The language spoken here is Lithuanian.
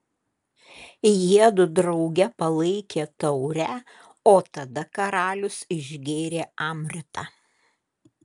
jiedu drauge palaikė taurę o tada karalius išgėrė amritą